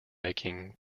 making